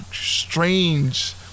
strange